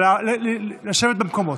אבל לשבת במקומות.